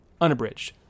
unabridged